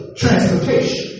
transportation